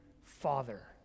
Father